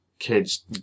Kids